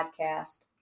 podcast